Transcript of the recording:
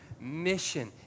mission